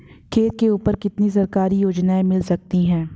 खेतों के ऊपर कितनी सरकारी योजनाएं मिल सकती हैं?